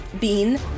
Bean